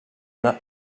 that